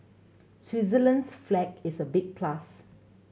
Switzerland's flag is a big plus